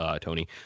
Tony